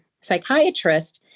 psychiatrist